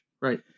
Right